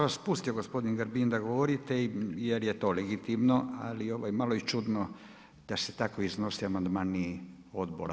Ja sam vas pustio gospodin Grbin da govorite jer je to legitimno ali mali i čudno da se tako iznose amandmani odbora.